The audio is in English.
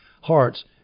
hearts